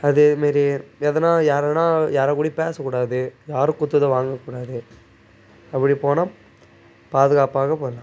அதேமாரி எதுனா யார்னா யார் கூடயும் பேசக்கூடாது யார் கொடுத்ததும் வாங்கக் கூடாது அப்படி போனால் பாதுகாப்பாக போகலாம்